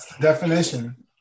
definition